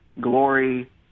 glory